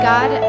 God